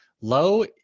Low